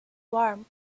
warm